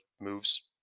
moves